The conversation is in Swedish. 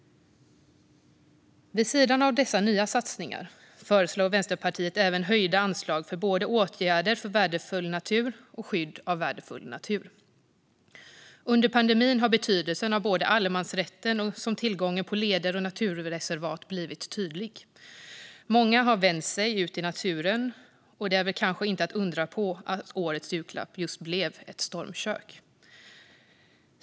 Vid sidan av dessa nya satsningar föreslår Vänsterpartiet även höjda anslag för både åtgärder för värdefull natur och skydd av värdefull natur. Under pandemin har betydelsen av både allemansrätten och tillgången på leder och naturreservat blivit tydlig. Många har vänt sig ut i naturen, och det är väl kanske inte att undra på att årets julklapp blev just ett stormkök.